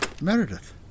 Meredith